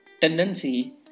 tendency